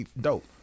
dope